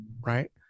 right